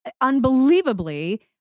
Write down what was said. unbelievably